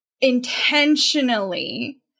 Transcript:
intentionally